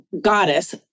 goddess